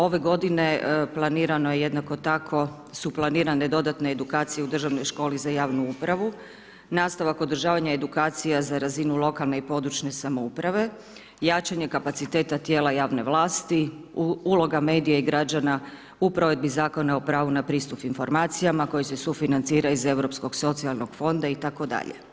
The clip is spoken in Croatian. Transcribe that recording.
Ove godine planirano je jednako tako, su planirane dodatne edukacije u Državnoj školi za javnu upravu, nastavak održavanje edukacija za razinu lokalne i područne samouprave, jačanje kapaciteta javne vlasti, uloga medija i građana u provedbi Zakona o pravu na pristup informacijama koje se sufinanciranju iz Europskog socijalnog fonda itd.